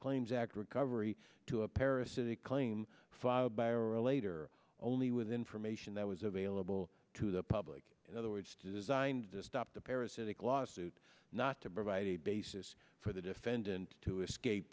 claims act recovery to a parasitic claim filed by or later only with information that was available to the public in other words designed to stop the parasitic lawsuit not to provide a basis for the defendant to escape